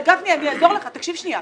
רגע, גפני, אני אעזור לך, תקשיב שנייה.